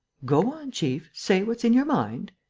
go on, chief say what's in your mind.